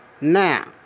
Now